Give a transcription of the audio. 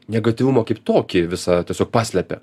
negatyvumą kaip tokį visą tiesiog paslepia